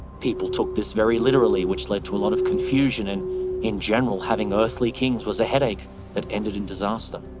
people took this very literally which led to a lot of confusion and in general, having earthly kings was a headache that ended in disaster.